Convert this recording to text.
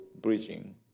bridging